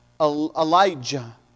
Elijah